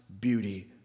beauty